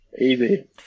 Easy